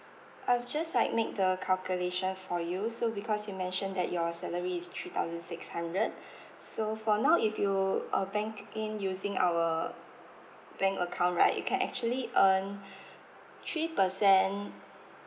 I've just like make the calculation for you so because you mentioned that your salary is three thousand six hundred so for now if you uh bank in using our bank account right you can actually earn three percent